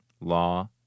law